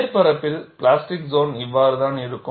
மேற்பரப்பில் plastic zone இவ்வாறு தான் இருக்கும்